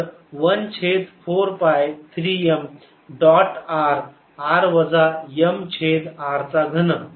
तर 1 छेद 4 पाय 3 m डॉट r r वजा m छेद r चा घन